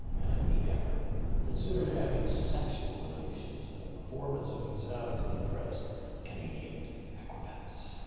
and i mean ever considered having sexual relations at a performance of exotically dressed canadian acrobats?